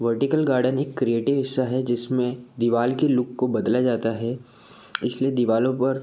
vertical garden एक creative हिस्सा है जिसमें दीवार के लुक को बदला जाता है इस लिए दीवारों पर